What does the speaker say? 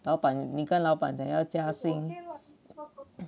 老板你跟老板怎么加薪